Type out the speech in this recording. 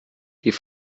die